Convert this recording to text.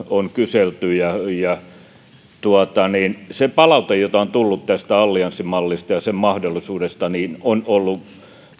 on kyselty se palaute jota on tullut tästä allianssimallista ja sen mahdollisuudesta on ollut